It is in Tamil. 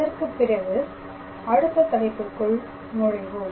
அதற்குப் பிறகு அடுத்த தலைப்பிற்குள் நுழைவோம்